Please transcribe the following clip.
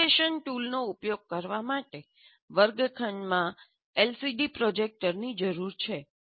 simulation ટૂલનો ઉપયોગ કરવા માટે વર્ગખંડમાં એલસીડી પ્રોજેક્ટરની જરૂર છે